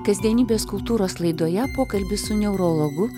kasdienybės kultūros laidoje pokalbis su neurologu